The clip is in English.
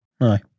Aye